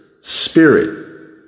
spirit